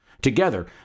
Together